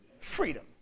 freedom